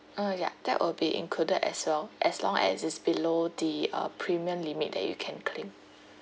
uh ya that will be included as well as long as it's below the uh premium limit that you can claim